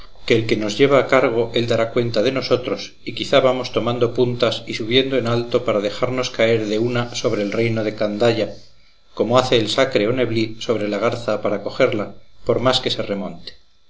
el que nos lleva a cargo él dará cuenta de nosotros y quizá vamos tomando puntas y subiendo en alto para dejarnos caer de una sobre el reino de candaya como hace el sacre o neblí sobre la garza para cogerla por más que se remonte